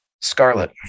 Scarlet